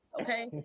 Okay